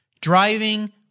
driving